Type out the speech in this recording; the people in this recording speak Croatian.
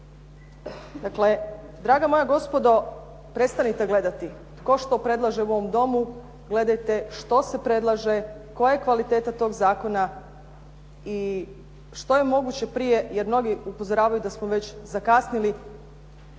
Dakle, draga moja gospodo prestanite gledati tko što predlaže u ovom Domu, gledajte što se predlaže, koje kvalitete tog zakona i što je moguće prije, jer mnogi upozoravaju da smo već zakasnili.